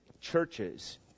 churches